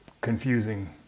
confusing